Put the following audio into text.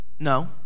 no